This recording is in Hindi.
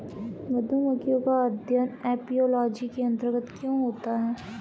मधुमक्खियों का अध्ययन एपियोलॉजी के अंतर्गत क्यों होता है?